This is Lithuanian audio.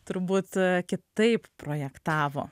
turbūt kitaip projektavo